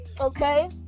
okay